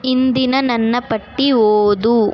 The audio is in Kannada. ಇಂದಿನ ನನ್ನ ಪಟ್ಟಿ ಓದು